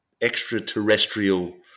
extraterrestrial